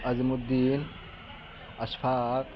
Azim Uddin Ishfaq